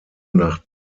nach